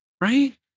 right